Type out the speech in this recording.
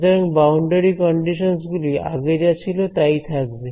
সুতরাং boundary conditions গুলি আগে যা ছিল তাই থাকবে